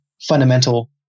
fundamental